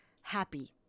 happy